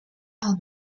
are